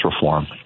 reform